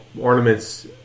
ornaments